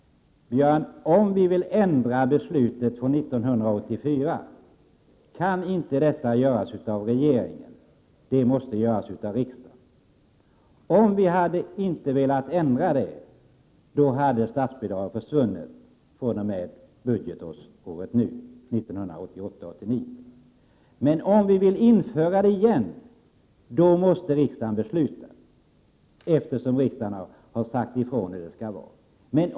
Jo, om vi vill ändra beslutet från 1984, kan det inte göras av regeringen, utan det måste göras av riksdagen. Om vi inte velat ändra det beslutet, hade statsbidraget försvunnit fr.o.m. budgetåret 1988/89. Men om vi vill införa det igen, måste riksdagen besluta, eftersom riksdagen har sagt ifrån hur det skall vara.